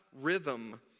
rhythm